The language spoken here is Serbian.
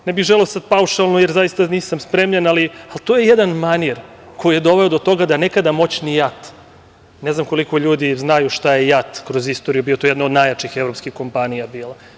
Ne bih želeo sada paušalno, zaista nisam spremljen, ali to je jedan manir koji je doveo do toga da nekada moćni JAT, ne znam koliko ljudi znaju šta je JAT kroz istoriju bio, to je bila jedna od najjačih kompanija bila.